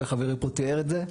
וחברי פה תיאר את זה.